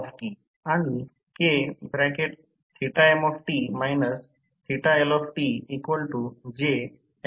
5 KVA करताना 2 winding transformer चे rate output 100 KVA आहे